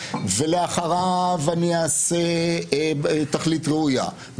ואחריו אני אעשה תכלית ראויה,